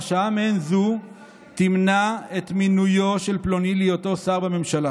הרשעה מעין זו תמנע את מינויו של פלוני להיותו שר בממשלה"